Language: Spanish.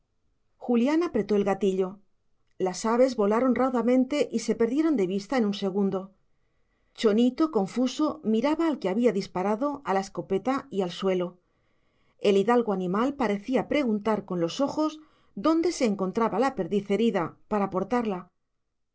julián apretó el gatillo las aves volaron raudamente y se perdieron de vista en un segundo chonito confuso miraba al que había disparado a la escopeta y al suelo el hidalgo animal parecía preguntar con los ojos dónde se encontraba la perdiz herida para portarla